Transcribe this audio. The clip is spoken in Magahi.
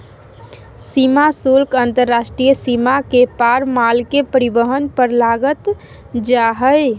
सीमा शुल्क अंतर्राष्ट्रीय सीमा के पार माल के परिवहन पर लगाल जा हइ